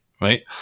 right